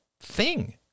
thing